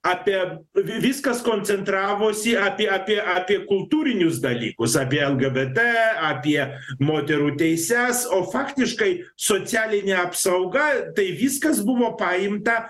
apie viskas koncentravosi apie apie apie kultūrinius dalykus apie lgbt apie moterų teises o faktiškai socialinė apsauga tai viskas buvo paimta